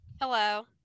Hello